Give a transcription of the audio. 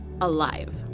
alive